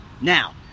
Now